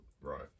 right